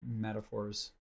metaphors